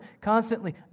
Constantly